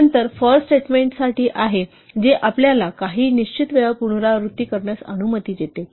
नंतर for statement साठी आहे जे आपल्याला काही निश्चित वेळा पुनरावृत्ती करण्यास अनुमती देते